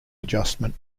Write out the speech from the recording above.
adjustment